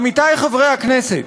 עמיתי חברי הכנסת,